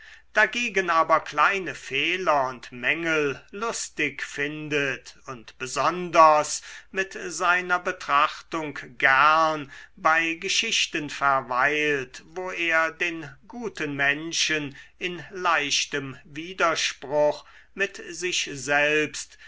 dagegen aber kleine fehler und mängel lustig findet und besonders mit seiner betrachtung gern bei geschichten verweilt wo er den guten menschen in leichtem widerspruch mit sich selbst